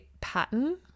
pattern